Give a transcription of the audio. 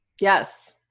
Yes